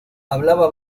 hablaba